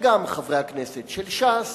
שגם חברי הכנסת של ש"ס